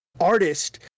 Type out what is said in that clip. artist